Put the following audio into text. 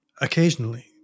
Occasionally